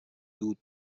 دود